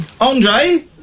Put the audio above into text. Andre